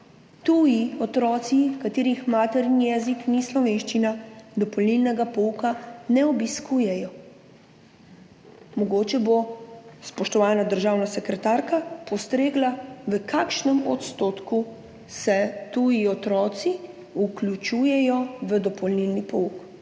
tuji otroci, katerih materni jezik ni slovenščina, dopolnilnega pouka ne obiskujejo. Mogoče bo spoštovana državna sekretarka postregla [s podatkom], v kakšnem odstotku se tuji otroci vključujejo v dopolnilni pouk.